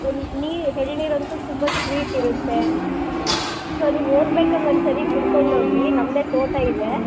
A ನೀರು ಎಳ್ನೀರಂತು ತುಂಬ ಸ್ವೀಟ್ ಇರುತ್ತೆ ಸರ್ ನೀವು ಹೋಗ್ಬೇಕಾರೆ ಒಂದು ಸಾರಿ ಕುಡ್ಕೊಂಡು ಹೋಗಿ ನಮ್ಮದೇ ತೋಟ ಇದೆ